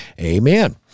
Amen